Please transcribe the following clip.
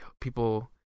people